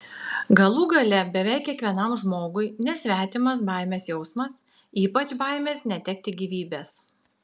galų gale beveik kiekvienam žmogui nesvetimas baimės jausmas ypač baimės netekti gyvybės